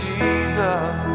Jesus